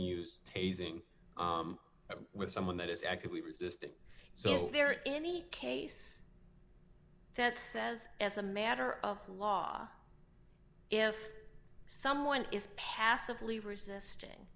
use tasing with someone that is actively resisting so is there any case that says as a matter of law if someone is passively resisting